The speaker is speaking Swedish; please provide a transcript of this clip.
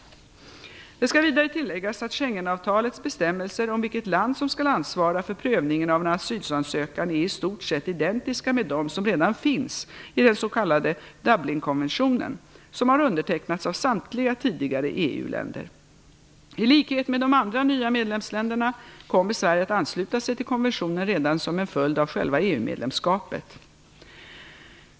Det skall vidare tilläggas att Schengenavtalets bestämmelser om vilket land som skall ansvara för prövningen av en asylansökan är i stort sett identiska med dem som redan finns i den s.k. Dublinkonventionen, som har undertecknats av samtliga tidigare EU länder. I likhet med de andra nya medlemsländerna kommer Sverige att ansluta sig till konventionen redan som en följd av själva EU-medlemskapet.